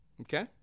Okay